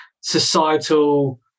societal